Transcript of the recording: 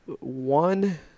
One –